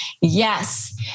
Yes